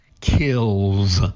kills